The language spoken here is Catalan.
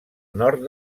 nord